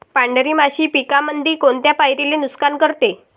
पांढरी माशी पिकामंदी कोनत्या पायरीले नुकसान करते?